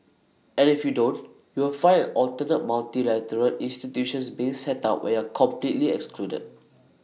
and if you don't you will find an alternate multilateral institutions being set up where completely excluded